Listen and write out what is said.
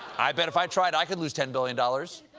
i bet if i tried i could lose ten billion dollars.